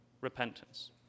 repentance